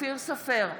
אופיר סופר,